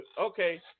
Okay